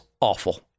awful